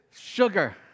Sugar